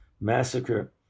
massacre